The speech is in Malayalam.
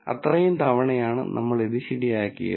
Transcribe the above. അത്രയും തവണയാണ് നമ്മൾ ഇത് ശരിയാക്കിയത്